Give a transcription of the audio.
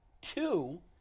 Two